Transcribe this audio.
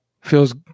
feels